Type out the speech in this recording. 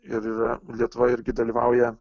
ir yra lietuva irgi dalyvauja